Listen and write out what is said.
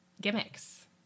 gimmicks